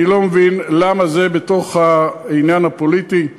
אני לא מבין למה זה בתוך העניין הפוליטי.